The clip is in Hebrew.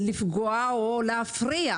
אנשים לא באים לפגוע או להפריע,